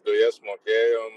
dujas mokėjom